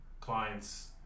clients